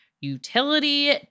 Utility